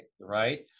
right